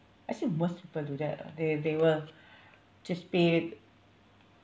I see most people do that lah they they will just pay